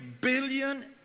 billion